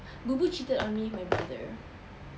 booboo cheated on me with my brother